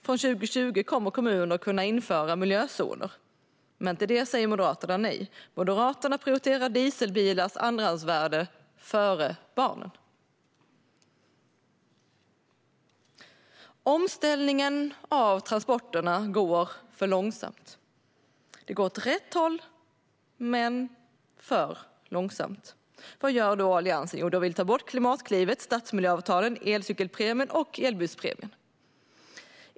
Från 2020 kommer kommuner att kunna införa miljözoner. Men till det säger Moderaterna nej. Moderaterna prioriterar dieselbilars andrahandsvärde före barnen. Omställningen av transporterna går för långsamt. Det går åt rätt håll men för långsamt. Vad gör då Alliansen? Jo, de vill ta bort Klimatklivet, stadsmiljöavtalen, elcykelpremien och elbilspremien.